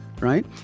right